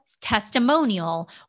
testimonial